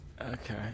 Okay